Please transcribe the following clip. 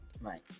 Right